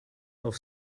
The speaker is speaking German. auf